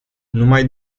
numai